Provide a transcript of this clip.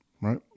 right